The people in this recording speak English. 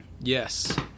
Yes